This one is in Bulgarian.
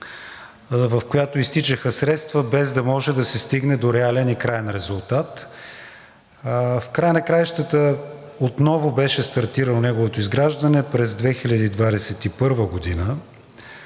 в която изтичаха средства, без да може да се стигне до реален и краен резултат. В края на краищата отново беше стартирано неговото изграждане през 2021 г., но